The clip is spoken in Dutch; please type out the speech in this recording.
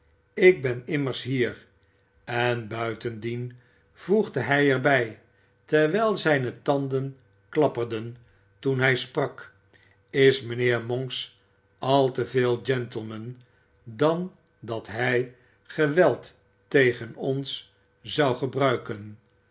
ik ben immers hier en buitendien voegde hij er bij terwijl zijne tanden klapperden toen hij sprak is mijnheer monks al te veel gentleman dan dat hij geweld tegen ons zou gebruiken